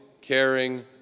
caring